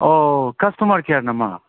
अ' customer care नामा